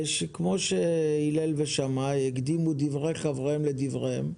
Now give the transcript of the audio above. כמו שהילל ושמאי הקדימו דברי חבריהם לדבריהם,